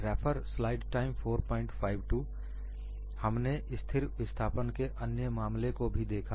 और हमने स्थिर विस्थापन के अन्य मामले को भी देखा